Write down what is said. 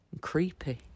creepy